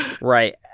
Right